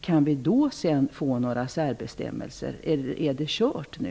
Kan vi få en särbestämmelse, eller är det kört nu?